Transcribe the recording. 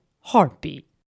heartbeat